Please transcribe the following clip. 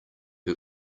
who